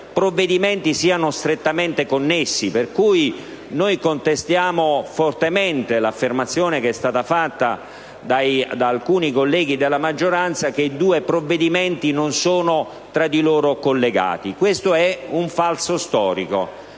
provvedimenti siano strettamente connessi. Noi pertanto contestiamo fortemente l'affermazione fatta da alcuni colleghi della maggioranza, secondo cui i due provvedimenti non sono tra di loro collegati. Questo è un falso storico,